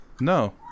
No